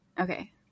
Okay